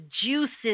juices